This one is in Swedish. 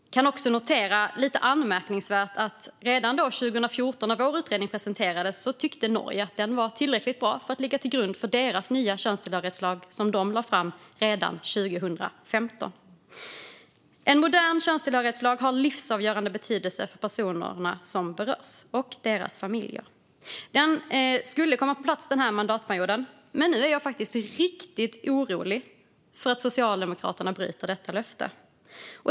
Jag kan också notera att det är lite anmärkningsvärt att Norge redan 2014, när vår utredning presenterades, tyckte att utredningen var tillräckligt bra för att ligga till grund för den nya könstillhörighetslag som de lade fram redan 2015. En modern könstillhörighetslag har livsavgörande betydelse för de personer som berörs och för deras familjer. Den skulle komma på plats under den här mandatperioden, men nu är jag faktiskt riktigt orolig för att Socialdemokraterna bryter detta löfte.